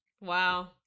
Wow